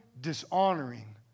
dishonoring